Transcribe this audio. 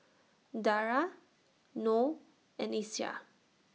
Dara Noh and Aisyah